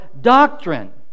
Doctrine